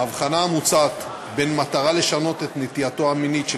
האבחנה המוצעת בין מטרה לשנות את נטייתו המינית של